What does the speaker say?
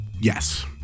Yes